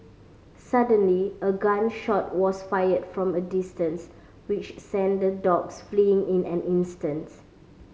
suddenly a gun shot was fired from a distance which sent the dogs fleeing in an instant